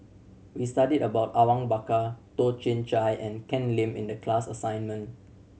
we studied about Awang Bakar Toh Chin Chye and Ken Lim in the class assignment